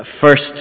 first